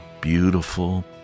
beautiful